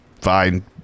fine